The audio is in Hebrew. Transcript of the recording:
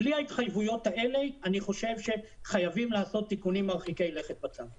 בלי ההתחייבויות האלה אני חושב שחייבים לעשות תיקונים מרחיקי לכת בצו.